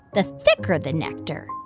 the thicker the nectar.